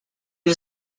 was